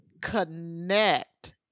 connect